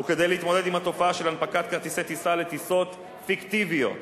וכדי להתמודד עם התופעה של הנפקת כרטיסי טיסה לטיסות פיקטיביות